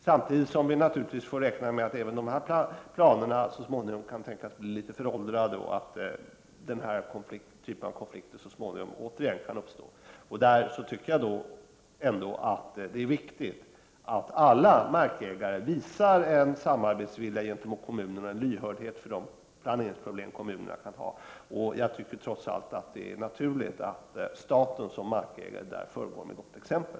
Samtidigt får vi naturligtvis räkna med att även dessa planer så småningom kan tänkas bli litet föråldrade och att konflikter av denna typ återigen kan uppstå. Det är därför viktigt att alla markägare visar en samarbetsvilja gentemot kommunerna och en lyhördhet för de planeringsproblem som kommunerna kan ha. Jag tycker trots allt att det är naturligt att staten som markägare i detta sammanhang föregår med gott exempel.